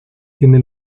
tiene